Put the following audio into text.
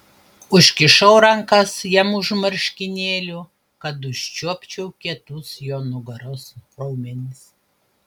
užkišau rankas jam už marškinėlių kad užčiuopčiau kietus jo nugaros raumenis